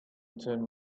turn